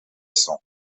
sang